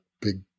big